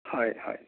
হয় হয়